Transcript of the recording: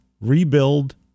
rebuild